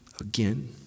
again